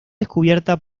descubierta